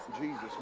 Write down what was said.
jesus